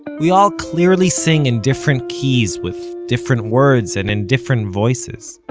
we all clearly sing in different keys, with different words and in different voices.